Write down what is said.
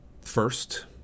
First